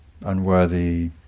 unworthy